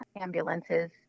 ambulances